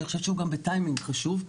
הוא גם בתזמון חשוב.